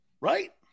Right